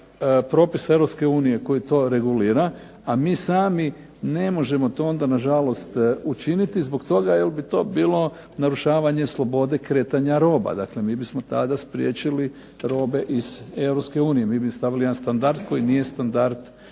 unije koji to regulira, a mi sami ne možemo to onda na žalost učiniti, zbog toga jer bi to bilo narušavanje slobode kretanja roba, dakle mi bismo tada spriječili robe iz Europske unije, mi bi stavili jedan standard koji nije standard